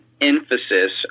emphasis